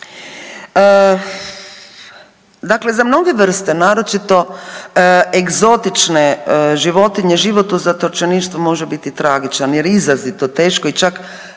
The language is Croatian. Dakle, za mnoge vrste naročito egzotične životinje život u zatočeništvu može biti tragičan jer je izrazito teško i čak